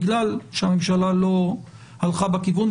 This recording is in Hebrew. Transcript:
בגלל שהממשלה לא הלכה בכיוון,